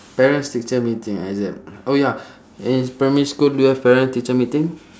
parents teacher meeting exam oh ya in primary school do you have parent teacher meeting